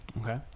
Okay